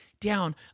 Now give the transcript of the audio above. down